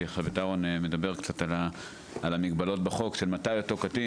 עכשיו את אהרון מדבר קצת על המגבלות בחוק כן מופנה,